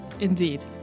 Indeed